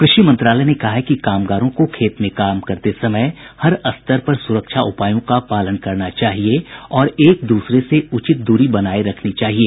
कृषि मंत्रालय ने कहा है कि कामगारों को खेत में काम करते समय हर स्तर पर सुरक्षा उपायों का पालन करना चाहिए और एक दूसरे से उचित दूरी बनाए रखनी चाहिए